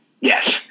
Yes